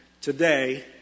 today